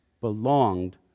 belonged